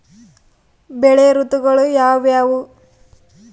ಬೆಳೆ ಋತುಗಳು ಯಾವ್ಯಾವು?